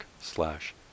slash